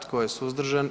Tko je suzdržan?